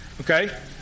okay